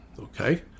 okay